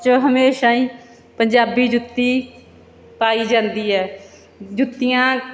'ਚ ਹਮੇਸ਼ਾ ਹੀ ਪੰਜਾਬੀ ਜੁੱਤੀ ਪਾਈ ਜਾਂਦੀ ਹੈ ਜੁੱਤੀਆਂ